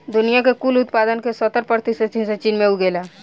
दुनिया के कुल उत्पादन के सत्तर प्रतिशत हिस्सा चीन में उगेला